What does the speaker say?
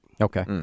Okay